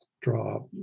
draw